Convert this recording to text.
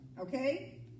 Okay